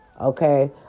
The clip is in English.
Okay